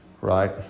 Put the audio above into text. right